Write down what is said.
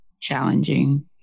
challenging